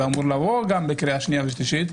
ואמור לבוא גם בקריאה שנייה ושלישית,